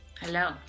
Hello